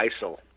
ISIL